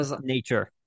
nature